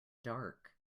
dark